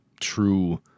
true